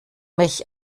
mich